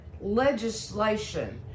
legislation